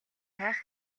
хайх